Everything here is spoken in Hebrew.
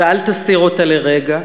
ואל תסיר אותה לרגע.